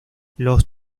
los